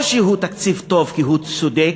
או שהוא תקציב טוב כי הוא צודק,